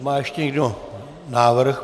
Má ještě někdo návrh?